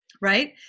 right